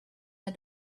the